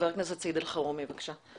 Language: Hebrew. ח"כ סעיד אלחרומי בבקשה.